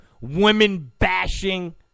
women-bashing